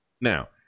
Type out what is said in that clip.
Now